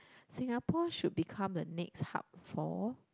Singapore should become the next hub for